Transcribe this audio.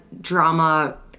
drama